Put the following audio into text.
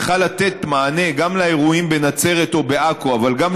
צריכה לתת מענה לאירועים גם בנצרת או בעכו אבל גם